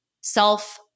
Self